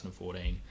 2014